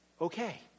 okay